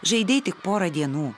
žaidei tik porą dienų